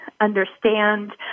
understand